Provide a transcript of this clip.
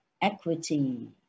equity